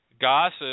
Gossip